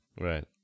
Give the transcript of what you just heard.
right